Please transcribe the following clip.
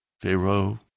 Pharaoh